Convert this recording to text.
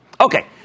Okay